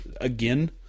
again